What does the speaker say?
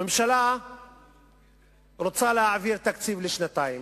הממשלה רוצה להעביר תקציב לשנתיים.